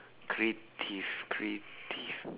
creative creative